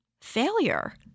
failure